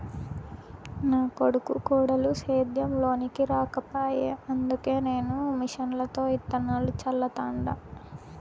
నా కొడుకు కోడలు సేద్యం లోనికి రాకపాయె అందుకే నేను మిషన్లతో ఇత్తనాలు చల్లతండ